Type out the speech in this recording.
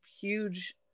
huge